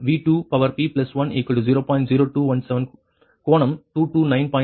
0217 கோணம் 229